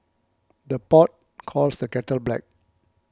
the pot calls the kettle black